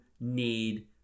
need